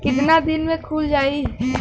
कितना दिन में खुल जाई?